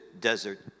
desert